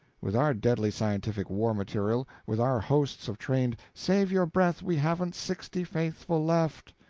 with our deadly scientific war-material with our hosts of trained save your breath we haven't sixty faithful left!